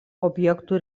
objektų